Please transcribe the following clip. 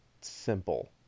simple